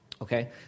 okay